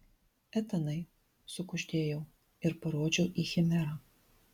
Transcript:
etanai sukuždėjau ir parodžiau į chimerą